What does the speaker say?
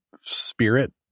spirit